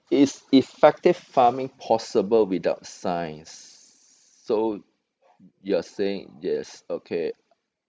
is effective farming possible without science so you're saying yes okay